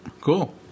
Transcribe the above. cool